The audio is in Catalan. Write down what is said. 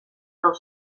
del